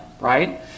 right